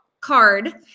card